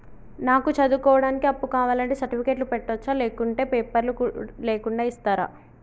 నాకు చదువుకోవడానికి అప్పు కావాలంటే సర్టిఫికెట్లు పెట్టొచ్చా లేకుంటే పేపర్లు లేకుండా ఇస్తరా?